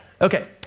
Okay